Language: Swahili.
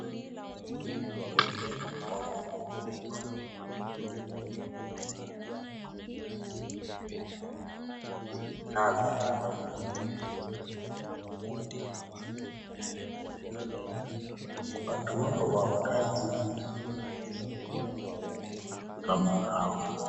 Sehemu mbalimbali nchini Kenya hawajafika Kiwango ya kujenga nyumba kuu ambayo inaeza saidi kwa mambo ya serikali. Kwa hivyo serikali wanapata nafasi kama hii wanapeleka watu wao wa kazi iliwawasaidie hao wananchi kama hao.